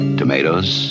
tomatoes